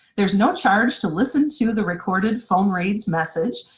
there's no charge to listen to the recorded phone reads message.